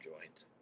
joint